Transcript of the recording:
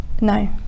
no